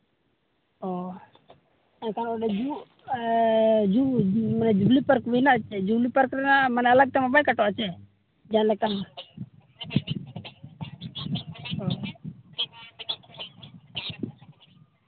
ᱚᱸᱻ ᱦᱮᱸᱛᱚ ᱚᱸᱰᱮ ᱦᱩᱭᱩᱜ ᱡᱩᱵᱞᱤ ᱯᱟᱨᱠ ᱢᱮᱱᱟᱜᱼᱟ ᱪᱮ ᱢᱟᱱᱮ ᱡᱩᱵᱞᱤ ᱯᱟᱨᱠ ᱨᱮᱱᱟᱜ ᱢᱟᱱᱮ ᱟᱞᱟᱜᱽ ᱛᱮᱢᱟ ᱵᱟᱭ ᱠᱟᱴᱟᱣᱚᱜᱼᱟ ᱪᱮ ᱡᱟᱦᱟᱸ ᱞᱮᱠᱟᱱ ᱚᱸᱻ